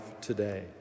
today